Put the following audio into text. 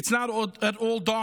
It is not all dark.